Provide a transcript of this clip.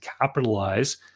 capitalize